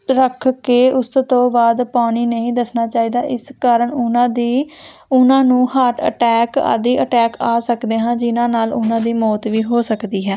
ਰੱਖ ਕੇ ਉਸ ਤੋਂ ਬਾਅਦ ਪਾਣੀ ਨਹੀਂ ਦੱਸਣਾ ਚਾਹੀਦਾ ਇਸ ਕਾਰਨ ਉਹਨਾਂ ਦੀ ਉਹਨਾਂ ਨੂੰ ਹਾਰਟ ਅਟੈਕ ਆਦਿ ਅਟੈਕ ਆ ਸਕਦੇ ਹਾਂ ਜਿਹਨਾਂ ਨਾਲ ਉਹਨਾਂ ਦੀ ਮੌਤ ਵੀ ਹੋ ਸਕਦੀ ਹੈ